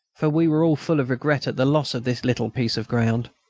for we were all full of regret at the loss of this little piece of ground.